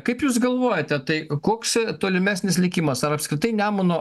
kaip jūs galvojate tai koks tolimesnis likimas ar apskritai nemuno